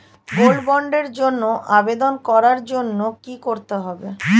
Gold বন্ডের জন্য আবেদন করার জন্য কি করতে হবে?